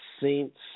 Saints